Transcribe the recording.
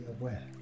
aware